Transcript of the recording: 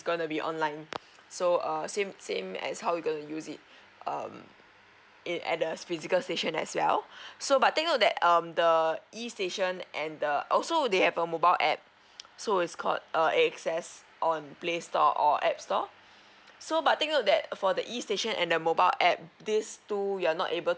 gonna be online so err same same as how you gonna use it um in at a physical station as well so but take note that um the e station and the also they have a mobile app so is called uh a access on playstore or app store so but take note that uh for the e station and the mobile app these two you are not able